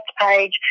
page